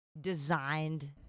designed